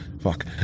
Fuck